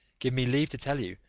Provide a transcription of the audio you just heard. give me leave to tell you,